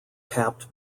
capped